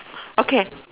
okay